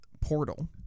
Portal